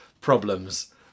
problems